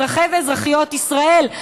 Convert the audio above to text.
אזרחי ואזרחיות ישראל?